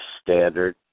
standard